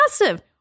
massive